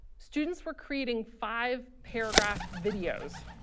students were creating five paragraph videos